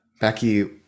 becky